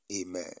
amen